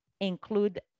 include